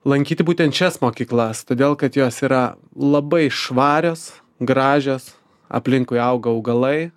lankyti būtent šias mokyklas todėl kad jos yra labai švarios gražios aplinkui auga augalai